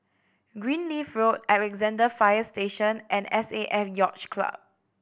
Greenleaf Road Alexandra Fire Station and S A F Yacht Club